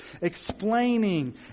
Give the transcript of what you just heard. explaining